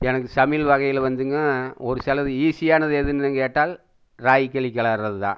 எனக்கு சமையல் வகையில் வந்துங்க ஒரு சிலது ஈசியானது எதுன்னு கேட்டால் ராகி களி கிளர்றதுதான்